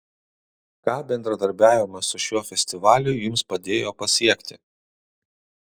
ką bendradarbiavimas su šiuo festivaliu jums padėjo pasiekti